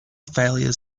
failure